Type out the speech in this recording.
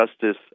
Justice